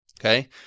okay